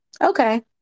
Okay